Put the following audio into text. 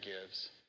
gives